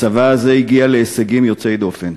הצבא הזה הגיע להישגים יוצאי דופן.